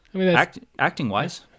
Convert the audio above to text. Acting-wise